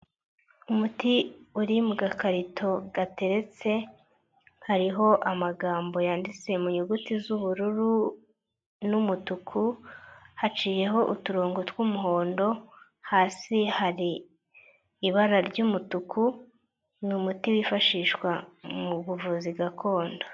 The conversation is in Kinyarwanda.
Umuti uri mukarito gateretse, hariho amagambo yanditse mu nyuguti z'ubururu n'umutuku, haciyeho uturongo tw'umuhondo, hasi hari ibara ry'umutuku, ni umuti wifashishwa mu buvuzi gakondo.